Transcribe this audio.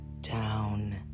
down